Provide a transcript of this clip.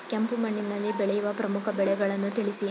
ಕೆಂಪು ಮಣ್ಣಿನಲ್ಲಿ ಬೆಳೆಯುವ ಪ್ರಮುಖ ಬೆಳೆಗಳನ್ನು ತಿಳಿಸಿ?